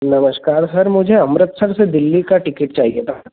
नमस्कार सर मुझे अमृतसर से दिल्ली का टिकट चाहिए था